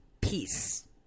peace